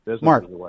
Mark